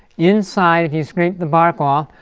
inside you scrape the bark off,